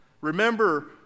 Remember